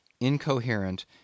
incoherent